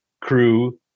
crew